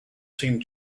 seemed